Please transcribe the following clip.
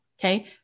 Okay